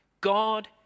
God